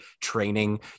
training